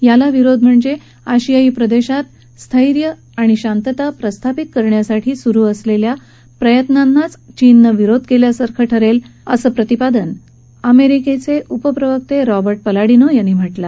याला विरोध म्हणजे आशियाई प्रदेशात स्थैर्य आणि शांतता प्रस्थापित करण्यासाठी सुरू असलेल्या प्रयत्नांचाच चीननं विरोध केल्यासारखं ठरेल असं प्रतिपादन अमेरिकेचे उपप्रवक्ते रॉबर्ट पलाडिनो यांनी म्हटलं आहे